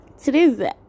today's